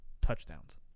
touchdowns